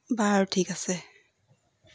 বাৰু ঠিক আছে